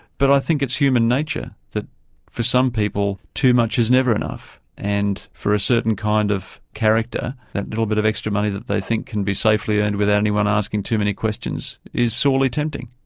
but i think it's human nature that for some people, too much is never enough, and for a certain kind of character, that little bit of extra money that they think can be safely earned without anyone asking too many questions, is sorely tempting.